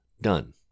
done